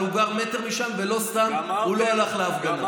אבל הוא גר מטר משם ולא סתם הוא לא הלך להפגנה.